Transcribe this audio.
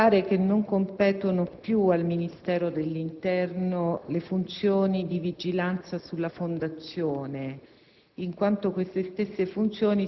Devo precisare che non competono più al Ministero dell'interno le funzioni di vigilanza sulla Fondazione,